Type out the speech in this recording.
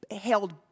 held